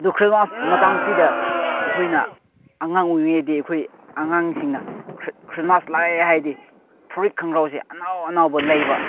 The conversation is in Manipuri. ꯑꯗꯨ ꯈ꯭ꯔꯤꯁꯃꯥꯁ ꯃꯇꯝꯁꯤꯗ ꯑꯩꯈꯣꯏꯅ ꯑꯉꯥꯡ ꯑꯣꯏꯔꯤꯉꯩꯗꯤ ꯑꯩꯈꯣꯏ ꯑꯉꯥꯡꯁꯤꯡꯅ ꯈ꯭ꯔꯤꯁꯃꯥꯁ ꯂꯥꯛꯑꯦ ꯍꯥꯏꯔꯗꯤ ꯐꯨꯔꯤꯠ ꯈꯣꯡꯒ꯭ꯔꯥꯎꯁꯦ ꯑꯅꯧ ꯑꯅꯧꯕ ꯂꯩꯕ